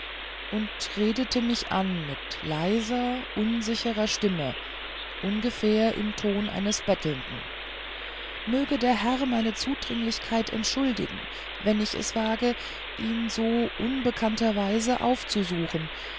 und redete mich an mit leiser unsicherer stimme ungefähr im tone eines bettelnden möge der herr meine zudringlichkeit entschuldigen wenn ich es wage ihn so unbekannter weise aufzusuchen